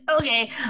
okay